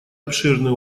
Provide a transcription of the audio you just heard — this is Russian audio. обширный